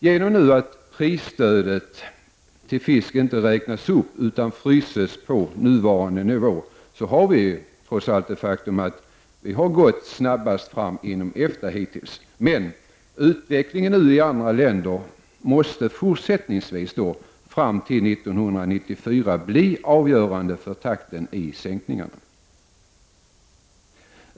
Genom att prisstödet till fisk inte räknas upp utan fryses på nuvarande nivå har vi de facto hittills gått snabbast fram av länderna inom EFTA. Utvecklingen i andra länder måste fortsättningsvis fram till 1994 bli avgörande för takten i sänkningarna.